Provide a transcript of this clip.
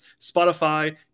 spotify